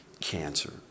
cancer